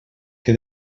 que